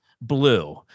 blue